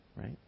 right